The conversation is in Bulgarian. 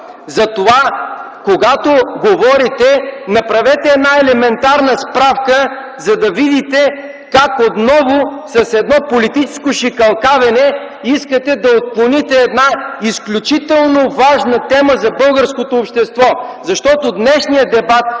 затова когато говорите, направете една елементарна справка, за да видите как отново с едно политическо шикалкавене искате да отклоните една изключително важна тема за българското общество.